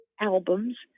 albums